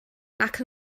nac